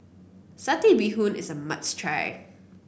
Satay Bee Hoon is a must try